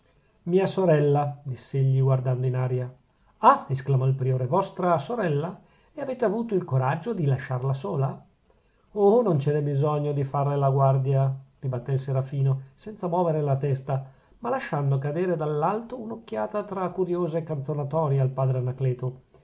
mia sorella diss'egli guardando in aria ah esclamò il priore vostra sorella e avete avuto il coraggio di lasciarla sola oh non c'è bisogno di farle la guardia ribattè il serafino senza muovere la testa ma lasciando cadere dall'alto un'occhiata tra curiosa e canzonatoria al padre anacleto